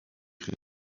crise